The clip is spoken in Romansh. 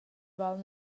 val